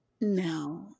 No